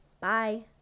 bye